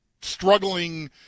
struggling